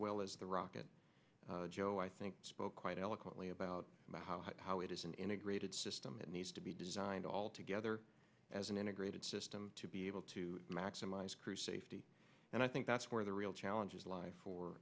well as the rocket joe i think spoke quite eloquently about about how how it is an integrated system that needs to be designed all together as an integrated system to be able to maximize crew safety and i think that's where the real challenges lie for